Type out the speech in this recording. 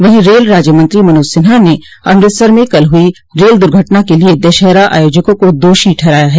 वहीं रेल राज्यमंत्री मनोज सिन्हा ने अमृतसर में कल हुई रेल दुर्घटना के लिए दशहरा आयोजकों को दोषी ठहराया है